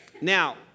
Now